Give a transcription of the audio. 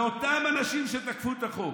ואותם אנשים שתקפו את החוק?